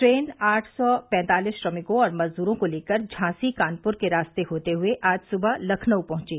train आठ सौ पैंतालीस श्रमिकों और मजदूरों को लेकर झांसी कानपुर के रास्ते से होते हुए आज सुबह लखनऊ पहुंची